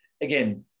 again